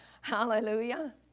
Hallelujah